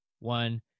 one